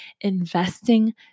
investing